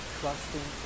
trusting